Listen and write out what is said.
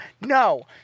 No